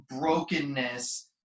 brokenness